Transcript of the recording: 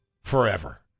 forever